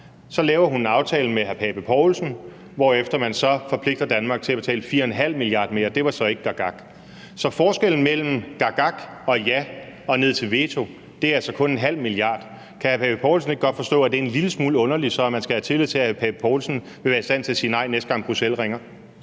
Så laver hun en aftale med hr. Søren Pape Poulsen, hvorefter man så forpligter Danmark til at betale 4,5 mia. kr. mere, og det var så ikke gakgak. Så forskellen mellem gakgak og ja og ned til veto er altså kun 0,5 mia. kr. Kan hr. Søren Pape Poulsen ikke godt forstå, at det er en lille smule underligt så, at man skal have tillid til, at hr. Søren Pape Poulsen vil være i stand til at sige nej, næste gang Bruxelles ringer?